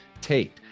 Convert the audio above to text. Tate